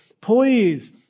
please